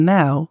now